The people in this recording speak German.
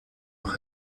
noch